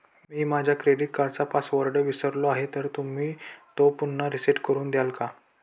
मी माझा क्रेडिट कार्डचा पासवर्ड विसरलो आहे तर तुम्ही तो पुन्हा रीसेट करून द्याल का?